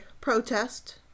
protest